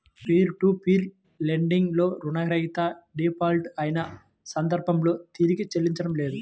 peer to peer lending లో రుణగ్రహీత default అయిన సందర్భంలో తిరిగి చెల్లించడం లేదు